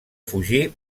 fugir